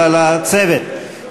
אלא לצוות,